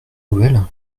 nouvelle